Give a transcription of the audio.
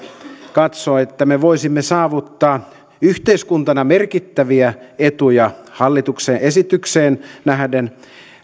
katsoo että me voisimme saavuttaa yhteiskuntana merkittäviä etuja hallituksen esitykseen nähden